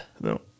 No